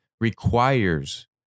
requires